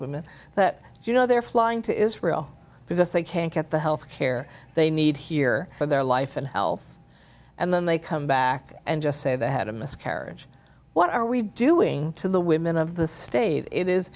women that you know they're flying to israel because they can't get the health care they need here for their life and health and then they come back and just say they had a miscarriage what are we doing to the women of the state it is